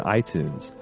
iTunes